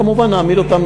כמובן נעמיד אותם,